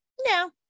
no